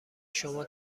شما